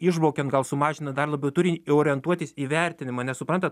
išbraukiant gal sumažinan dar labiau turi orientuotis į vertinimą nes suprantat